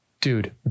dude